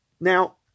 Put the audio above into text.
now